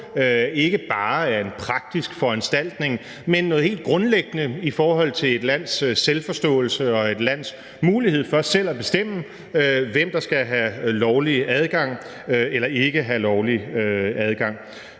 ikke bare er en praktisk foranstaltning, men noget helt grundlæggende i forhold til et lands selvforståelse og et lands mulighed for selv at bestemme, hvem der skal have lovlig adgang eller ikke have lovlig adgang.